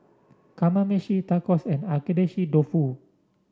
Kamameshi Tacos and Agedashi Dofu